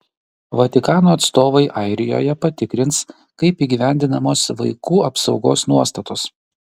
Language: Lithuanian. vatikano atstovai airijoje patikrins kaip įgyvendinamos vaikų apsaugos nuostatos